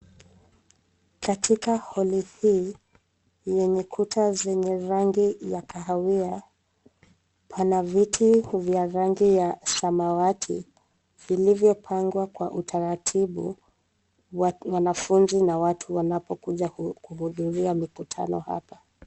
Katika holi yenye kuta zenye rangi ya kahawia, pana viti vya rangi ya samawati vilivyopangwa kwa utaratibu wanafunzi na watu wanapokuja kuhudhuria mikutano hapa.